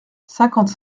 cinquante